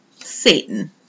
Satan